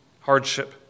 hardship